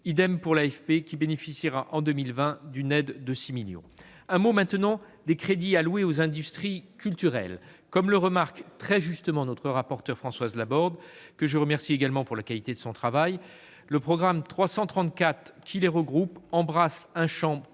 pour l'AFP, qui bénéficiera en 2020 d'une aide de 6 millions d'euros. Je dirai également un mot des crédits alloués aux industries culturelles. Comme le remarque très justement notre rapporteure pour avis Françoise Laborde, que je remercie également pour la qualité de son travail, le programme 334 qui les regroupe embrasse un champ